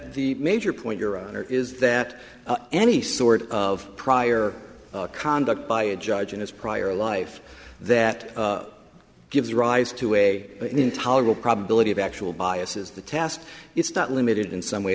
the major point your honor is that any sort of prior conduct by a judge in his prior life that gives rise to a intolerable probability of actual biases the tast it's not limited in some way